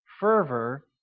fervor